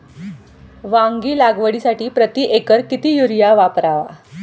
वांगी लागवडीसाठी प्रति एकर किती युरिया वापरावा?